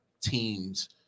teams